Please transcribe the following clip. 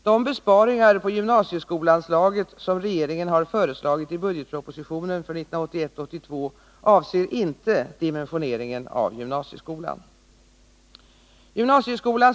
De besparingar på gymnasieskolanslaget som regeringen har föreslagit i budgetpropositionen för 1981/82 avser inte dimensioneringen av gymnasieskolan.